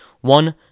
One